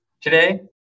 today